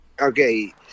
Okay